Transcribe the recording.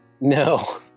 No